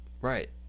Right